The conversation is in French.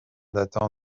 datant